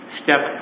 step